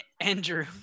Andrew